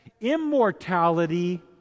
immortality